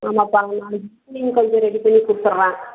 ஆமாப்பா நாளைக்கு ஈவினிங் கொஞ்சம் ரெடி பண்ணிக் கொடுத்துட்றேன்